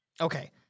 Okay